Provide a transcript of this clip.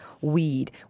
weed